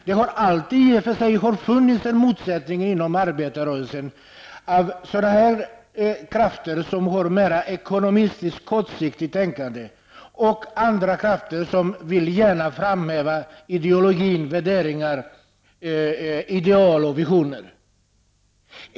Inom arbetarrörelsen har det i och för sig funnits en motsättning mellan krafter som tänker mera kortsiktigt ekonomiskt och andra som gärna vill framhäva ideologiska värderingar, ideal och visioner.